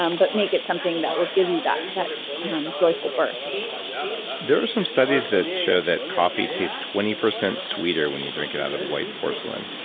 um but make it something that will give you that that joyful burst there are some studies that show that coffee tastes twenty percent sweeter when you drink it out of a white porcelain.